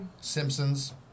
Simpsons